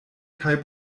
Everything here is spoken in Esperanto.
kaj